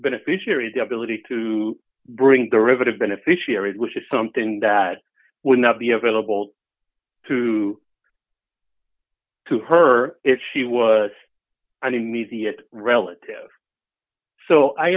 beneficiaries the ability to bring derivative beneficiaries which is something that would not be available to to her if she was an immediate relative so i